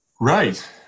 Right